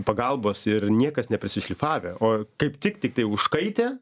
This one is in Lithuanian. pagalbos ir niekas neprisišlifavę o kaip tik tiktai užkaitę